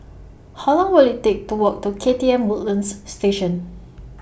How Long Will IT Take to Walk to K T M Woodlands Station